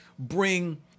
bring